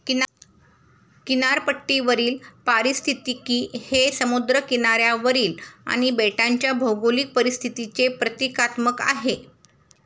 किनारपट्टीवरील पारिस्थितिकी हे समुद्र किनाऱ्यावरील आणि बेटांच्या भौगोलिक परिस्थितीचे प्रतीकात्मक आहे